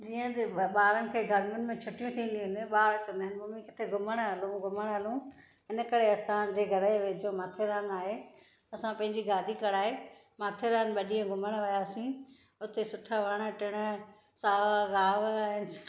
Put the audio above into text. जीअं त ॿारनि खे गरमियुनि में छुटियूं थींदियूं आहिनि ॿार चवंदा आहिनि ममी किथे घुमण हलूं घुमण हलूं हिन करे असां जे घर जे वेझो माथेरान आहे असां पंहिंजी ॻाडी कराइ माथेरान ॿ ॾींहं घुमण वयासीं हुते सुठा वण टिण साव गाव ऐं